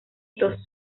estos